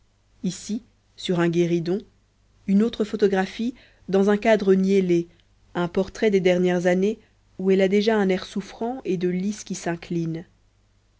ici sur un guéridon une autre photographie dans un cadre niellé un portrait des dernières années où elle a déjà un air souffrant et de lis qui s'incline